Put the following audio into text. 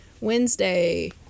Wednesday